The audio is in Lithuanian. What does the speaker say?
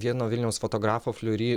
vieno vilniaus fotografo fliury